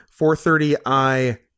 430i